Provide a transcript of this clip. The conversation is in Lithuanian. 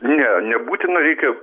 ne nebūtina reikia